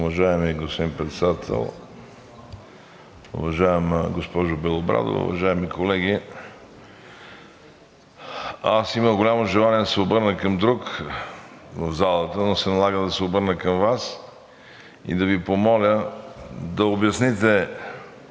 Уважаеми господин Председател, уважаема госпожо Белобрадова, уважаеми колеги! Имах голямо желание да се обърна към друг в залата, но се налага да се обърна към Вас и да Ви помоля да обясните,